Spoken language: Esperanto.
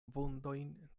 vundojn